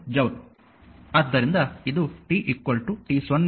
ಆದ್ದರಿಂದ ಇದು t t0 ಯಿಂದ t